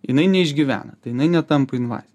jinai neišgyvena tai jinai netampa invazinė